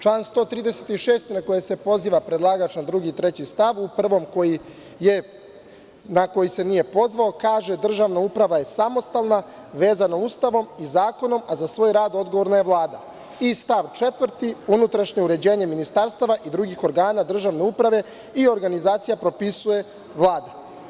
Član 136, na koji se poziva predlagač na 2. i 3. stav, u 1. stavu, na koji se nije pozvao, kaže: „Državna uprava je samostalna, vezana Ustavom i zakonom, a za svoj rad odgovorna je Vlada“; i stav 4: „Unutrašnje uređenje ministarstava i drugih organa državne uprave i organizacija propisuje Vlada“